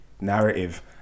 narrative